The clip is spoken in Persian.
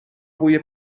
بوی